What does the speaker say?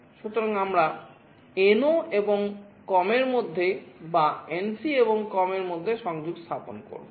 সুতরাং আমরা হয় NO এবং COM এর মধ্যে বা NC এবং COM এর মধ্যে সংযোগ স্থাপন করব